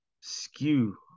skew